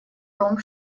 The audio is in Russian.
том